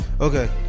Okay